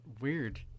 Weird